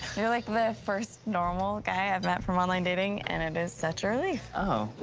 you're, like, the first normal guy i've met from online dating, and it is such a relief. oh.